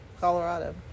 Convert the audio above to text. Colorado